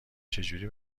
چجوری